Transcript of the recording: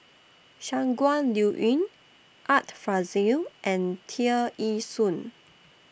Shangguan Liuyun Art Fazil and Tear Ee Soon